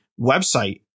website